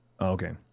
okay